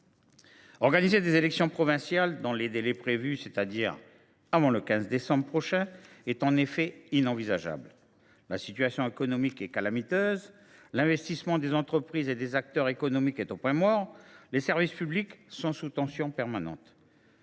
Organiser des élections provinciales dans les délais prévus, c’est à dire avant le 15 décembre prochain, est en effet inenvisageable. La situation économique est calamiteuse. L’investissement des entreprises et des acteurs économiques est au point mort. Les services publics sont sous tension permanente.